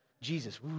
Jesus